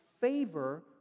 favor